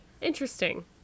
Interesting